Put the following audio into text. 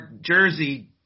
jersey